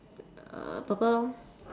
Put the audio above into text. uh purple lor